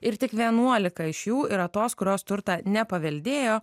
ir tik vienuolika iš jų yra tos kurios turtą nepaveldėjo